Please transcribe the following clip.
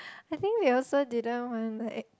I think they also didn't want like